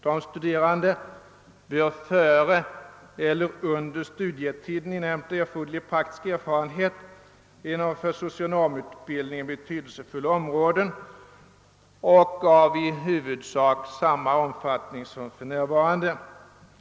De studerande bör före och under studietiden inhämta erforderlig praktisk erfarenhet inom för socionomutbildningen betydelsefulla områden och av i huvudsak samma omfattning som för närvarande.